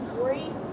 great